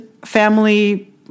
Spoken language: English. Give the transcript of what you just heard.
Family